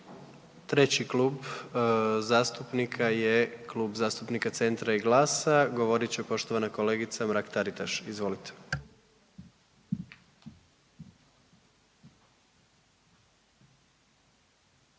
Treći klub zastupnika je Klub zastupnika Centra i GLAS-a, govorit će poštovana kolegica Mrak-Taritaš, izvolite.